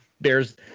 bears